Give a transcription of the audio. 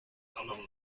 alumni